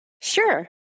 Sure